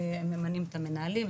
ממנים את המנהלים,